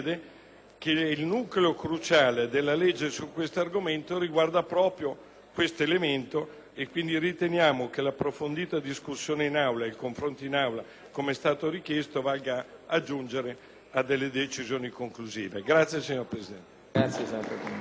il nucleo cruciale della legge su questo argomento riguarda proprio questo elemento, e quindi riteniamo che l'approfondita discussione e il confronto in Aula - com'è stato richiesto - valgano a giungere a delle decisioni conclusive. Grazie, signor Presidente.